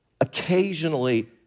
occasionally